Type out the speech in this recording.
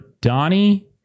Donnie